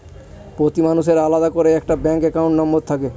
প্রতি মানুষের আলাদা করে একটা ব্যাঙ্ক একাউন্ট নম্বর থাকে